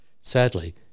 Sadly